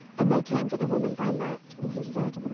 and they came to the woman by night and he said,